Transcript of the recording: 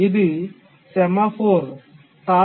ఇది సెమాఫోర్స్